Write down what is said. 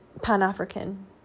pan-african